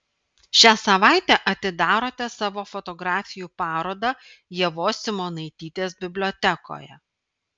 šią savaitę atidarote savo fotografijų parodą ievos simonaitytės bibliotekoje